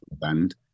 band